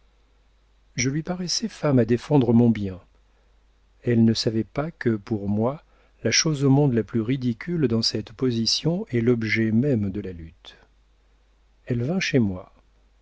je lui paraissais femme à défendre mon bien elle ne savait pas que pour moi la chose au monde la plus ridicule dans cette position est l'objet même de la lutte elle vint chez moi